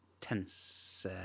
tense